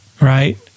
right